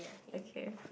okay